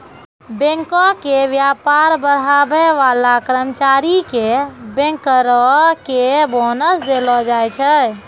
बैंको के व्यापार बढ़ाबै बाला कर्मचारी के बैंकरो के बोनस देलो जाय छै